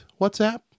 WhatsApp